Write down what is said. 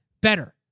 better